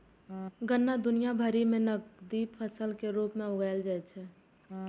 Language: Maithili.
गन्ना दुनिया भरि मे नकदी फसल के रूप मे उगाएल जाइ छै